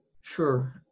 Sure